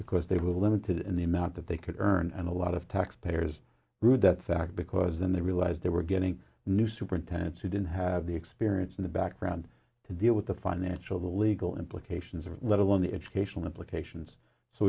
because they were limited in the amount that they could earn and a lot of taxpayers through that sack because then they realized they were getting new superintendents who didn't have the experience in the background to deal with the financial the legal implications or let alone the educational implications so